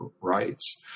rights